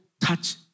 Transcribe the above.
touch